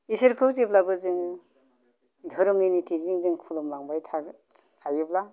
इसोरखौ जेब्लाबो जोङो धोरोमनि नितिजों जों खुलुम लांबाय थागोन थायोब्ला